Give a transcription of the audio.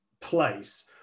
place